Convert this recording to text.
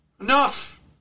Enough